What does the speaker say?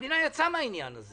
המדינה יצאה מהעניין הזה